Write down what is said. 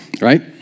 right